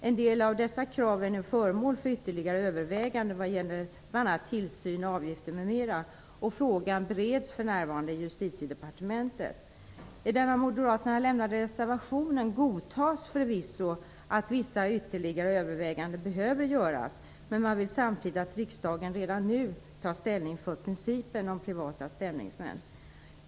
En del av dessa krav är nu föremål för ytterligare överväganden vad gäller tillsyn, avgifter m.m. och frågan bereds för närvarande i I den av moderaterna lämnade reservationen godtas förvisso att vissa ytterligare överväganden behöver göras, men man vill samtidigt att riksdagen redan nu tar ställning för principen om privata stämningsmän.